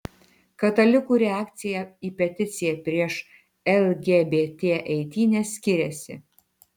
katalikų reakcija į peticiją prieš lgbt eitynes skiriasi